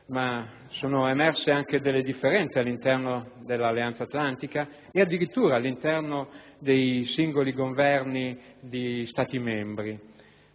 ma sono emerse anche delle differenze all'interno dell'Alleanza atlantica e addirittura all'interno dei singoli Governi di Stati membri,